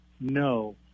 No